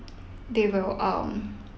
they will um